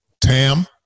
Tam